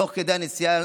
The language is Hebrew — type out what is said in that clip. תוך כדי הנסיעה,